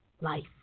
life